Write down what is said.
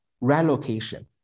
relocation